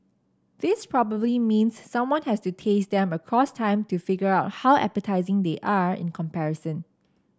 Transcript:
this probably means someone has to taste them across time to figure out how appetising they are in comparison